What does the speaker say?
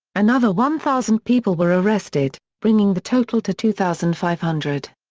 another one thousand people were arrested, bringing the total to two thousand five hundred.